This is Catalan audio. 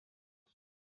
amb